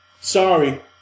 Sorry